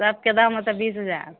सबके दाम होतऽ बीस हजार